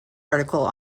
article